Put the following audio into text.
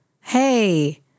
hey